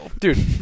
Dude